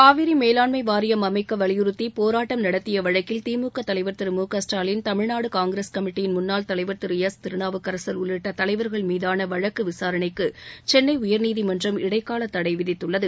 காவிரி மேலாண்மை வாரியம் அமைக்க வலியுறுத்தி போராட்டம் நடத்திய வழக்கில் திமுக தலைவா் திரு மு க ஸ்டாலின் தமிழ்நாடு காங்கிரஸ் கமிட்டியின் முன்னாள் தலைவா் திரு எஸ் திருநாவுக்கரச் உள்ளிட்ட தலைவர்கள் மீதான வழக்கு விசாரணைக்கு சென்னை உயர்நீதிமன்றம் இடைக்கால தடை விதித்துள்ளது